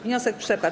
Wniosek przepadł.